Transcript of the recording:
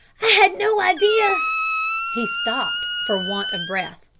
i had no idea he stopped for want of breath.